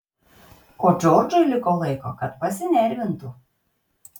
o džordžui liko laiko kad pasinervintų